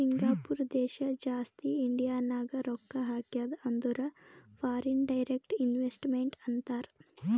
Singapore ದೇಶ ಜಾಸ್ತಿ ಇಂಡಿಯಾನಾಗ್ ರೊಕ್ಕಾ ಹಾಕ್ಯಾದ ಅಂದುರ್ ಫಾರಿನ್ ಡೈರೆಕ್ಟ್ ಇನ್ವೆಸ್ಟ್ಮೆಂಟ್ ಅಂತಾರ್